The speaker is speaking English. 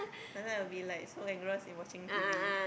some time I will be like so engross in watching T_V